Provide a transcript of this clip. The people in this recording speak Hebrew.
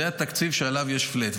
זה התקציב שעליו יש פלאט.